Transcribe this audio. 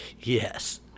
Yes